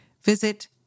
visit